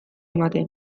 ematen